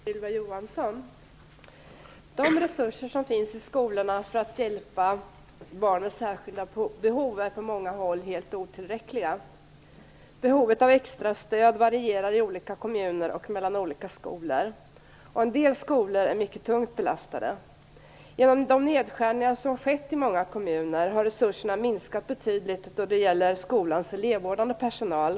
Herr talman! Jag har en fråga till skolminister Ylva Johansson. De resurser som finns i skolorna för att hjälpa barn med särskilda behov är på många håll helt otillräckliga. Behovet av extra stöd varierar i olika kommuner och mellan olika skolor. En del skolor är mycket tungt belastade. Genom de nedskärningar som skett i många kommuner har resurserna minskat betydligt då det gäller skolans elevvårdande personal.